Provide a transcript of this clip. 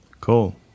Cool